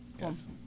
Yes